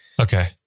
Okay